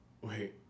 wait